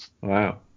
Wow